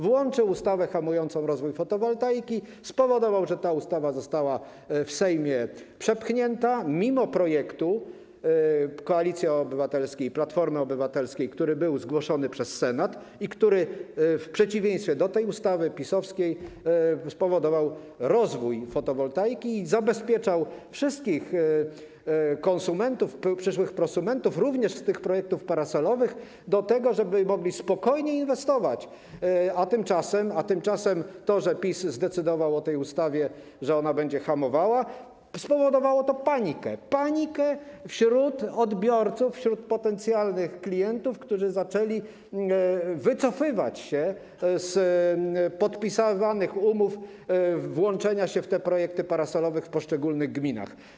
Włączył ustawę hamującą rozwój fotowoltaiki, spowodował, że ta ustawa została w Sejmie przepchnięta mimo projektu Koalicji Obywatelskiej - Platformy Obywatelskiej, który był zgłoszony przez Senat i który w przeciwieństwie do tej PiS-owskiej ustawy spowodował rozwój fotowoltaiki i zabezpieczał wszystkich przyszłych prosumentów, również jeśli chodzi o te projekty parasolowe, w zakresie tego, żeby mogli spokojnie inwestować, a tymczasem to, że PiS zdecydował o tej ustawie, że ona będzie hamowała, spowodowało panikę wśród odbiorców, wśród potencjalnych klientów, którzy zaczęli wycofywać się z podpisywanych umów włączenia się w te projekty parasolowe w poszczególnych gminach.